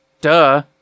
Duh